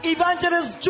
Evangelist